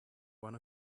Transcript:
one